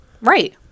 Right